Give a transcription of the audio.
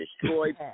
destroyed